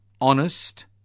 honest